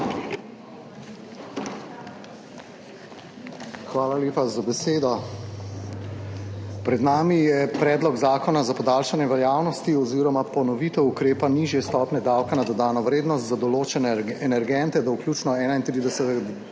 Hvala lepa za besedo. Pred nami je predlog zakona za podaljšanje veljavnosti oziroma ponovitev ukrepa nižje stopnje davka na dodano vrednost za določene energente do vključno 31.